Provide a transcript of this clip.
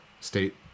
state